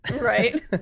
Right